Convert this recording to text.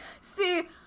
see